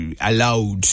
allowed